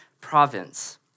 province